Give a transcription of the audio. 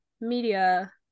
media